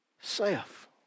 self